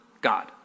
God